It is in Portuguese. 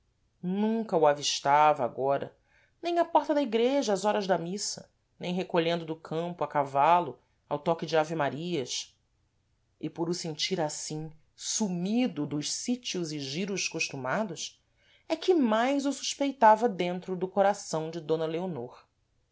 nunca o avistava agora nem à porta da igreja às horas de missa nem recolhendo do campo a cavalo ao toque de ave-marias e por o sentir assim sumido dos sítios e giros costumados é que mais o suspeitava dentro do coração de d leonor